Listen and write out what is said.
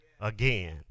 again